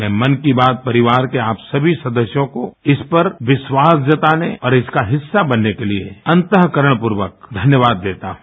मैं मन की बात परिवार के आप सभी सदस्यों को इस पर विखास जताने और इसका हिस्सा बनने के लिए अन्तरूकरणपूर्वक धन्यवाद देता हूं